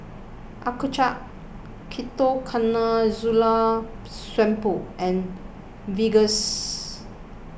Accucheck Ketoconazole Shampoo and Vagisil